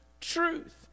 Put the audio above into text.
truth